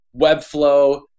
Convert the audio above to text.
Webflow